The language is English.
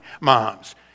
moms